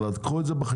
אבל קחו את זה בחשבון,